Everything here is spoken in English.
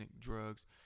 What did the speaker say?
drugs